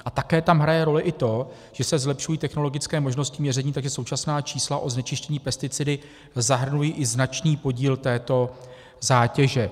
A také tam hraje roli i to, že se zlepšují technologické možnosti měření, takže současná čísla o znečištění pesticidy zahrnují i značný podíl této zátěže.